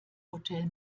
hotel